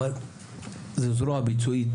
אבל זו זרוע ביצועית,